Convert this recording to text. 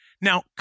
Now